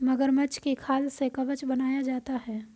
मगरमच्छ की खाल से कवच बनाया जाता है